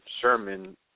Sherman